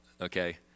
Okay